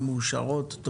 רישוי ותיעוד) (הוראות שעה),